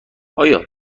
آیا